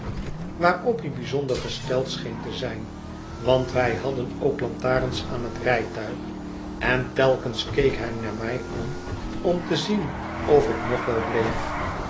waarop hij bijzonder gesteld scheen te zijn want wij hadden ook lantarens aan het rijtuig en telkens keek hij naar mij om om te zien of ik nog wel bleef